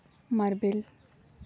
marble